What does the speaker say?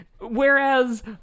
whereas